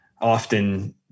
often